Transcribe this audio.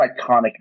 iconic